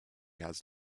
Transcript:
has